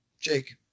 Jake